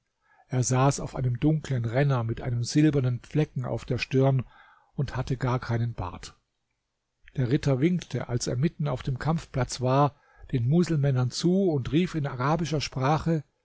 er saß auf einem dunklen renner mit einem silbernen flecken auf der stirn und hatte gar keinen bart der ritter winkte als er mitten auf dem kampfplatz war den muselmännern zu und rief in arabischer sprache